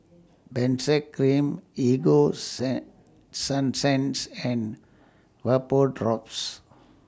Benzac Cream Ego Sun Sunsense and Vapodrops